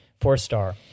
four-star